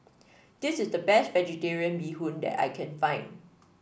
this is the best vegetarian Bee Hoon that I can find